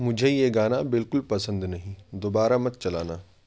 مجھے یہ گانا بالکل پسند نہیں دوبارہ مت چلانا